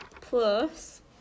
Plus